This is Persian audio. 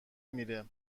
میره